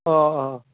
अह अह